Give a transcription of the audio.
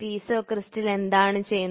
piezo crystal എന്താണ് ചെയ്യുന്നത്